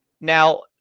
Now